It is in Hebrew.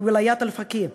"ולאית אלפקיה".